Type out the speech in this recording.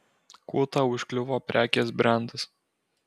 kuo tau užkliuvo prekės brendas